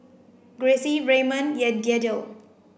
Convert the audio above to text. Gracie Raymon Yadiel